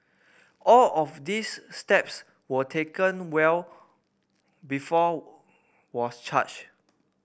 all of these steps were taken well before was charged